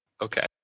Okay